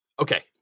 okay